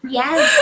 yes